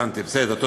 הבנתי, בסדר.